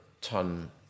ton